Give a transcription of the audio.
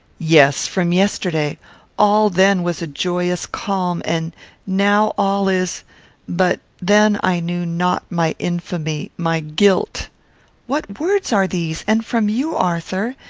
yes! from yesterday all then was a joyous calm, and now all is but then i knew not my infamy, my guilt what words are these, and from you, arthur?